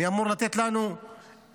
מי אמור לתת לנו לבנות?